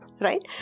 right